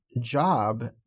job